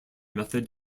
method